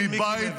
מי אומר את זה?